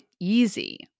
easy